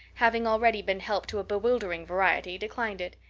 having already been helped to a bewildering variety, declined it.